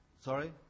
Sorry